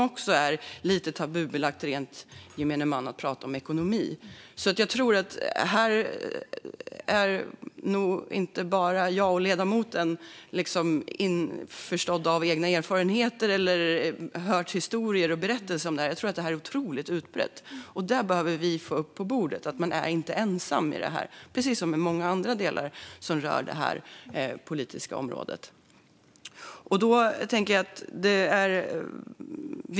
Det är lite tabubelagt hos gemene man att prata om ekonomi. Det är nog inte bara jag och ledamoten som är införstådda med detta utifrån egna erfarenheter eller historier eller berättelser som vi har hört om, utan jag tror att det är otroligt utbrett. Vi behöver få upp på bordet att man inte är ensam i detta, precis som med många andra delar som rör detta politiska område.